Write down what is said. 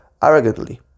Arrogantly